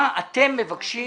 מה אתם מבקשים